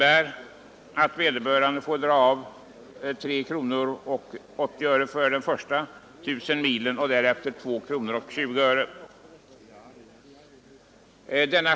Då får vederbörande dra av 3:50 kronor per mil för de första 1000 milen och därefter 2:20 kronor per mil.